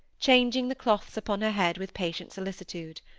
changing the cloths upon her head with patient solicitude.